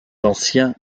anciens